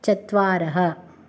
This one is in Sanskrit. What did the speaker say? चत्वारः